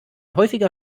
häufiger